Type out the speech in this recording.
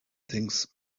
things